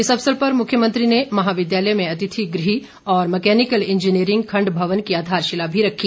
इस अवसर पर मुख्यमंत्री ने महाविद्यालय में अतिथि गृह और मकेनिकल इंजीनियरिंग खण्ड भवन की आधारशिला भी रखी